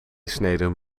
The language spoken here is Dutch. sneden